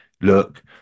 look